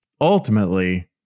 Ultimately